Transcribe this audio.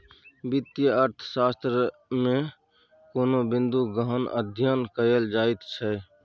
वित्तीय अर्थशास्त्रमे कोनो बिंदूक गहन अध्ययन कएल जाइत छै